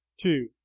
two